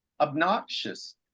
obnoxious